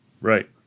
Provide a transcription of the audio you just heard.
Right